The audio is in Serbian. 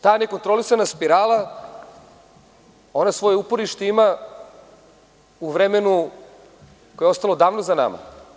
Ta nekontrolisana spirala svoje uporište ima u vremenu koje je ostalo davno za nama.